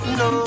no